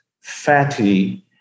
fatty